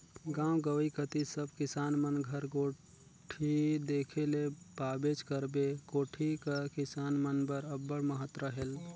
गाव गंवई कती सब किसान मन घर कोठी देखे ले पाबेच करबे, कोठी कर किसान मन बर अब्बड़ महत रहेल